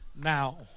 now